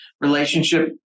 relationship